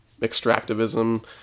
extractivism